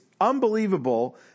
unbelievable